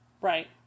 Right